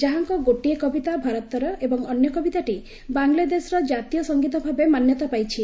ଯାହାଙ୍କ ଗୋଟିଏ କବିତା ଭାରତର ଏବଂ ଅନ୍ୟ କବିତାଟି ବାଂଲାଦେଶର ଜାତୀୟ ସଙ୍ଗୀତଭାବେ ମାନ୍ୟତା ପାଇଛି